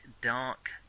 dark